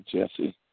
Jesse